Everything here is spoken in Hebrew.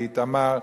באיתמר,